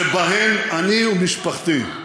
שבהן אני ומשפחתי,